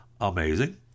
Amazing